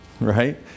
right